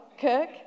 Kirk